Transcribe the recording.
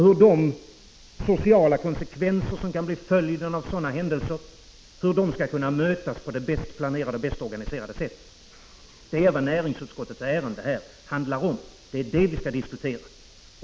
Vad vi skall diskutera är hur man på det bäst planerade och bäst organiserade sättet skall möta konsekvenserna av sådana händelser. Det är detta som näringsutskottets betänkande handlar om, och det är den saken vi skall diskutera.